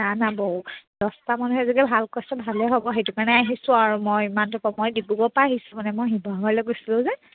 চাহ দছটা মানুহে যদি ভাল কৈছে ভালেই হ'ব সেইটো কাৰণে আহিছোঁ আৰু মই ইমানটোকে মই ডিব্ৰুগড়ৰ পৰা আহিছোঁ মানে মই শিৱসাগৰলৈ গৈছিলোঁ যে